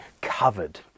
covered